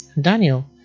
Daniel